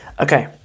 Okay